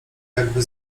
jakby